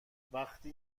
وقتی